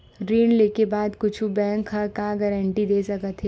ऋण लेके बाद कुछु बैंक ह का गारेंटी दे सकत हे?